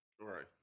Right